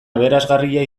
aberasgarria